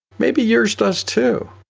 maybe yours does too.